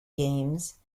games